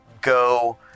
go